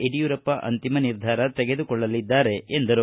ಯಡಿಯೂರಪ್ಪ ಅಂತಿಮ ನಿರ್ಧಾರ ತೆಗೆದುಕೊಳ್ಳಲಿದ್ದಾರೆ ಎಂದರು